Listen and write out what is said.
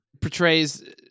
portrays